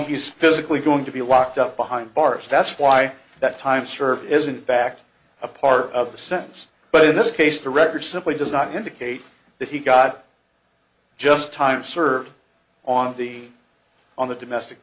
he's physically going to be locked up behind bars that's why that time served isn't backed a part of the sentence but in this case the record simply does not indicate that he got just time served on the on the domestic